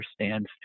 understands